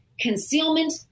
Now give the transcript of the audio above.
concealment